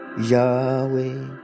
Yahweh